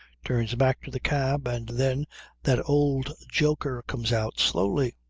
turns back to the cab, and then that old joker comes out slowly.